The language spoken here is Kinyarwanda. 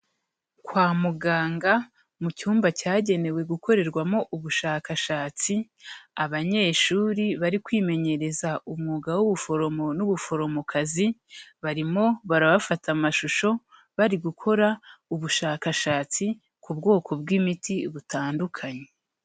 Kwa muganga mu cyumba cyagenewe gukorerwamo ubushakashatsi, abanyeshuri bari kwimenyereza umwuga w'ubuforomo n'ubuforomokazi, barimo barabafata amashusho bari gukora ubushakashatsi ku bwoko bw'imiti butandukanye.